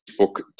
Facebook